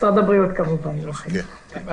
משרד הבריאות כמובן, לא החינוך.